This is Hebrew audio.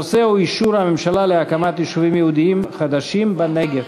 הנושא הוא: אישור הממשלה להקמת יישובים יהודיים חדשים בנגב.